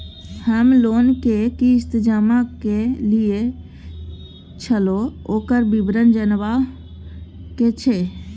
हम लोन के किस्त जमा कैलियै छलौं, ओकर विवरण जनबा के छै?